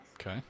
Okay